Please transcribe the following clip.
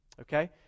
Okay